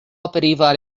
aperiva